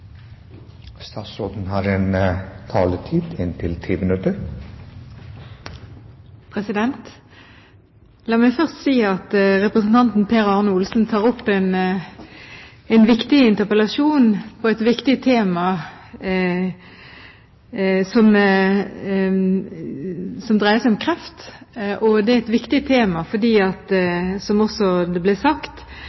La meg først si at representanten Per Arne Olsen setter frem en viktig interpellasjon som dreier seg om kreft. Det er et viktig tema fordi, som det også ble sagt, det rammer mange, og det berører mer enn den som er syk, det berører hele familien. Derfor er det